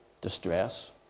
distress